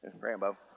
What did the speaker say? Rambo